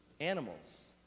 Animals